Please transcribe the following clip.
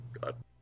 God